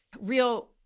real